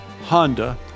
Honda